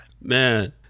Man